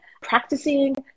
practicing